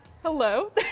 Hello